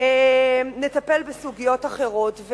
נטפל בסוגיות אחרות.